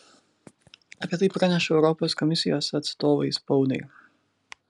apie tai praneša europos komisijos atstovai spaudai